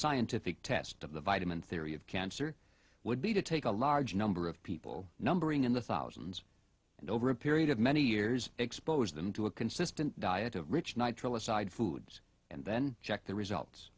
scientific test of the vitamin theory of cancer would be to take a large number of people numbering in the thousands and over a period of many years expose them to a consistent diet of rich nitrile aside foods and then check the results